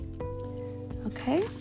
Okay